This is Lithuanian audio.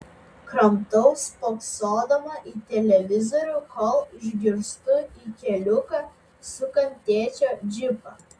kramtau spoksodama į televizorių kol išgirstu į keliuką sukant tėčio džipą